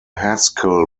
haskell